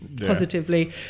positively